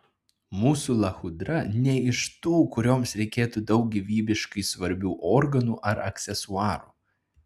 mūsų lachudra ne iš tų kurioms reikėtų daug gyvybiškai svarbių organų ar aksesuarų